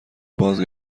باز